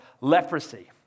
leprosy